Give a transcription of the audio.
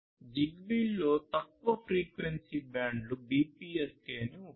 జిగ్బీలోని తక్కువ ఫ్రీక్వెన్సీ బ్యాండ్లు BPSK ని ఉపయోగిస్తాయి 2